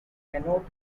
cannot